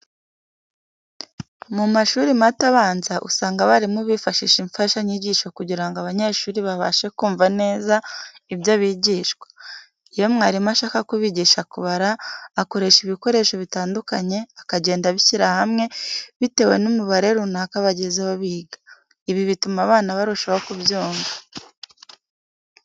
Mu mashuri mato abanza, usanga abarimu bifashisha imfashanyigisho kugira ngo abanyeshuri babashe kumva neza ibyo bigishwa. Iyo mwarimu ashaka kubigisha kubara, akoresha ibikoresho bitandukanye akagenda abishyira hamwe bitewe n'umubare runaka bagezeho biga, ibi bituma abana barushaho ku byumva.